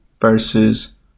versus